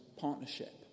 partnership